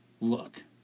look